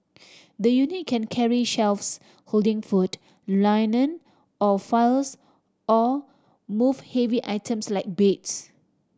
the unit can carry shelves holding food linen or files or move heavy items like beds